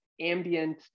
ambient